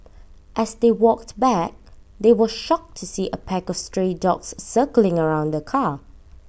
as they walked back they were shocked to see A pack of stray dogs circling around the car